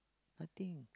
nothing